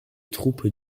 troupes